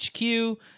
HQ